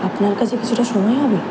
আপনার কাছে কিছুটা সময় হবে